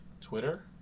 Twitter